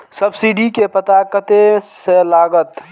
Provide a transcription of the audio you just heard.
Subsidy के पता कतय से लागत?